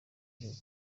gukorwa